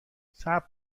صبر